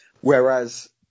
Whereas